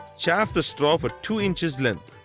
chaff the straw for two inch length.